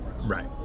Right